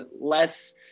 less